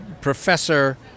professor